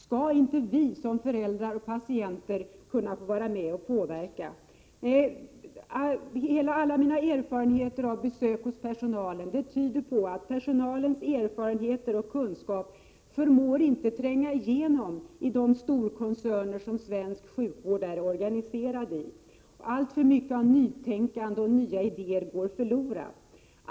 Skall inte vi som föräldrar och patienter kunna få vara med och påverka? Alla mina erfarenheter från besök hos personalen tyder på att personalens erfarenheter och kunskaper inte förmår tränga igenom i de storkoncerner som svensk sjukvård är organiserad i. Allt för mycket av nytänkande och nya idéer går förlorat.